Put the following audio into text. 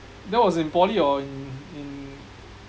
that was in poly or in in